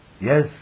Yes